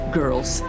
girls